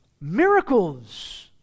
miracles